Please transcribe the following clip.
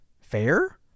Fair